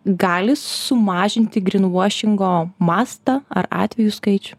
gali sumažinti grin vuošingo mastą ar atvejų skaičių